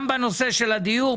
גם בנושא של הדיור.